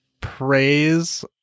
praise